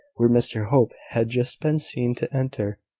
where mr hope had just been seen to enter.